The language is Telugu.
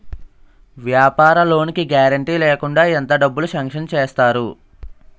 వ్యాపార లోన్ కి గారంటే లేకుండా ఎంత డబ్బులు సాంక్షన్ చేస్తారు?